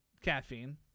caffeine